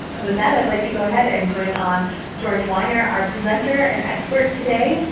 with that, i'd like to go ahead and bring on george weiner, our presenter and expert today,